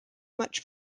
much